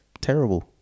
terrible